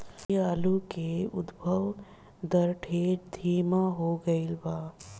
अभी आलू के उद्भव दर ढेर धीमा हो गईल बा